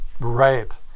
Right